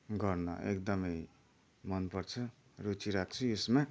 गर्न एकदमै मनपर्छ रुचि राख्छु यसमा